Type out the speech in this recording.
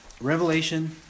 Revelation